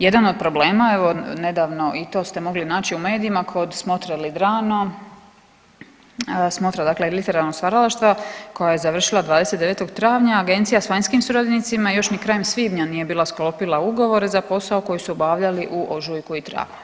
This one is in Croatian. Jedan od problema evo nedavno i to ste mogli naći u medijima, kod smotre LiDraNo smotra dakle literarnog stvaralaštva koja je završila 29. travnja, agencija s vanjskim suradnicima još n krajem svibnja nije bila sklopila ugovor za posao koji su obavljali u ožujku i travnju.